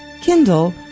Kindle